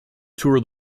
tour